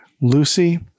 Lucy